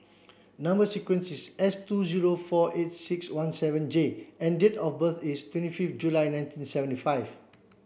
number sequence is S two zero four eight six one seven J and date of birth is twenty fifth July nineteen seventy five